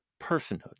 personhood